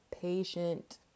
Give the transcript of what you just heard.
patient